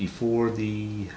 before the